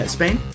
Spain